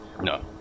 No